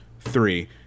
three